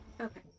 Okay